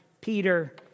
Peter